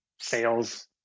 sales